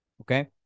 okay